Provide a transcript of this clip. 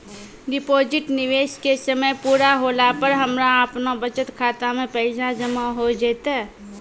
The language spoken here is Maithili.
डिपॉजिट निवेश के समय पूरा होला पर हमरा आपनौ बचत खाता मे पैसा जमा होय जैतै?